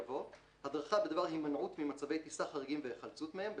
יבוא: הדרכה בדבר הימנעות ממצבי טיסה חריגים והיחלצות מהם (UPRT)